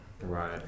Right